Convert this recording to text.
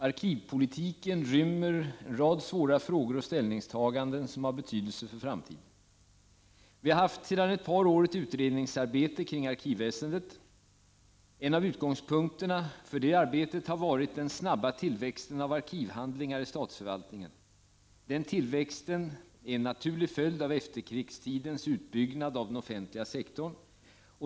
Arkivpolitiken rymmer en rad svåra frågor och ställningstaganden som har betydelse för framtiden. Sedan ett par år har vi haft ett utredningsarbete kring arkivväsendet. En av utgångspunkterna för det arbetet har varit den snabba tillväxten av arkivhandlingar inom statsförvaltningen. Denna tillväxt är en naturlig följd av efterkrigstidens utbyggnad av den offentliga sektorn.